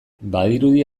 badirudi